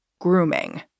grooming